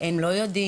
הם לא יודעים,